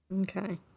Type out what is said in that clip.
Okay